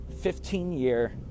15-year